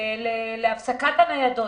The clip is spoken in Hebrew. להפסקת הניידות.